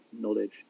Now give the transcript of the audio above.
knowledge